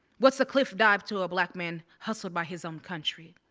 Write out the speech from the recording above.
what's a cliff dive to a black man hustled by his own country?